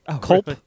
Culp